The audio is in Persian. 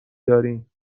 داریم